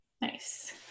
Nice